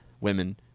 women